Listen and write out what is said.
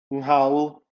nghawl